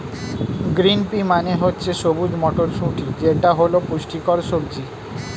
green pea মানে হচ্ছে সবুজ মটরশুঁটি যেটা হল পুষ্টিকর সবজি